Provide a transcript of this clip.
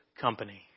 company